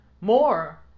more